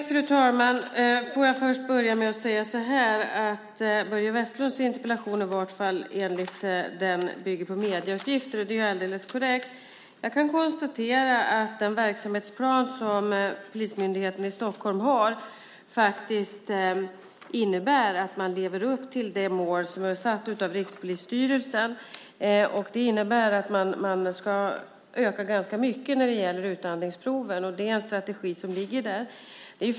Fru talman! Börje Vestlunds interpellation bygger på medieuppgifter. Det är alldeles korrekt. Jag kan konstatera att den verksamhetsplan som polismyndigheten i Stockholm har innebär att man lever upp till det mål som är satt av Rikspolisstyrelsen. Det innebär att man ska öka antalet utandningsprov ganska mycket. Det är en strategi som ligger.